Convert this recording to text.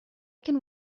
can